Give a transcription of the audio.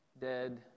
dead